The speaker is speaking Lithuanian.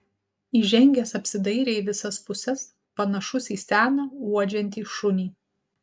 įžengęs apsidairė į visas puses panašus į seną uodžiantį šunį